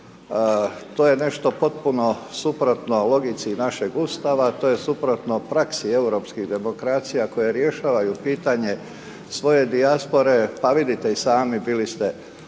To je nešto potpuno suprotno logici našeg Ustava, to je suprotno praksi europskih demokracija koje rješavaju pitanje svoje dijaspore, pa vidite i sami, bili ste na